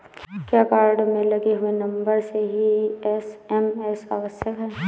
क्या कार्ड में लगे हुए नंबर से ही एस.एम.एस आवश्यक है?